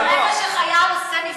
ברגע שחייל עושה נפקדות,